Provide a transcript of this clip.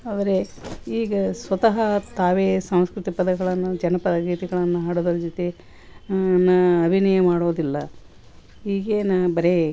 ಆದರೆ ಈಗ ಸ್ವತಃ ತಾವೇ ಸಾಂಸ್ಕೃತಿಕ ಪದಗಳನ್ನು ಜನಪದ ಗೀತೆಗಳನ್ನು ಹಾಡುವುದರ ಜೊತೆ ನ ಅಭಿನಯ ಮಾಡುವುದಿಲ್ಲ ಈಗೆ ಬರೀ